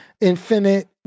Infinite